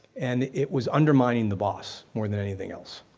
and it was undermining the boss more than anything else.